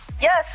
Yes